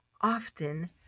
often